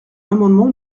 l’amendement